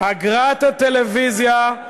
אגרת הטלוויזיה,